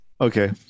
Okay